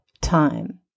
time